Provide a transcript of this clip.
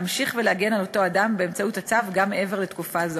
לעתים להמשיך ולהגן על אותו אדם באמצעות הצו גם מעבר לתקופה זו.